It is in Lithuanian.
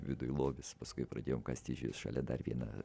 viduj lobis paskui pradėjome kast šalia dar vieną